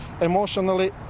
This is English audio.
emotionally